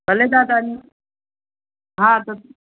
भले तव्हां त हा त